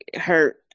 hurt